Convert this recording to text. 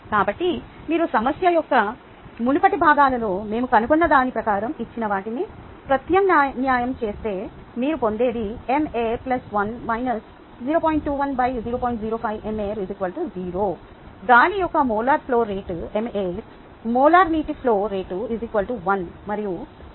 కాబట్టి మీరు సమస్య యొక్క మునుపటి భాగాలలో మేము కనుగొన్నదాని ప్రకారం ఇచ్చిన వాటిని ప్రత్యామ్నాయం చేస్తే మీరు పొందేది గాలి యొక్క మోలార్ ఫ్లో రేటు మోలార్ నీటి ఫ్లో రేటు 1 మరియు is